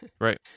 Right